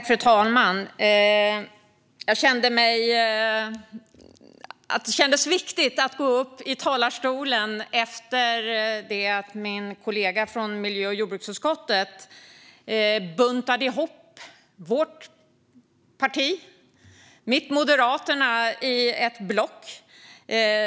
Fru talman! Det kändes viktigt att gå upp i talarstolen efter att min kollega från miljö och jordbruksutskottet buntade ihop vårt parti, mitt Moderaterna, i ett block.